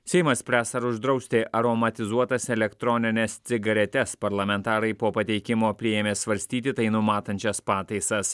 seimas spręs ar uždrausti aromatizuotas elektronines cigaretes parlamentarai po pateikimo priėmė svarstyti tai numatančias pataisas